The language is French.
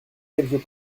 quelques